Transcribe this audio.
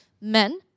Men